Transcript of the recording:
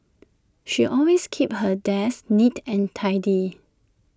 she always keeps her desk neat and tidy